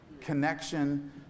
Connection